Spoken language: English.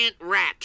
rat